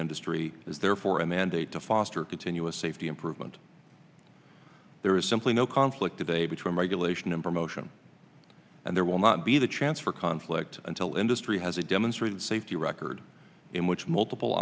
industry is therefore a mandate to foster a continuous safety improvement there is simply no conflict today between regulation and promotion and there will not be the chance for conflict until industry has a demonstrated safety record in which multiple